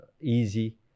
easy